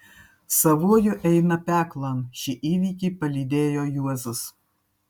savuoju eina peklon šį įvykį palydėjo juozas